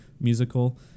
musical